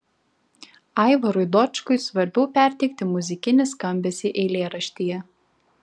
aivarui dočkui svarbiau perteikti muzikinį skambesį eilėraštyje